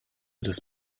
des